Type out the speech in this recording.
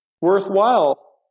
worthwhile